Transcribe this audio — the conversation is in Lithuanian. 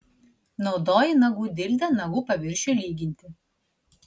naudoji nagų dildę nagų paviršiui lyginti